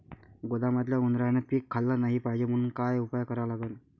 गोदामात उंदरायनं पीक खाल्लं नाही पायजे म्हनून का उपाय करा लागन?